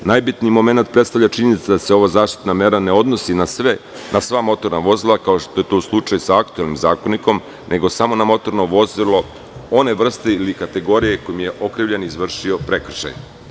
Najbitni momenat predstavlja činjenica da se ova zaštitna mera ne odnosi na sva motorna vozila, kao što je to slučaj sa aktuelnim zakonikom, nego samo motorno vozilo one vrste ili kategorije kojim je okrivljeni izvršio prekršaj.